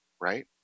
right